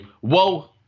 whoa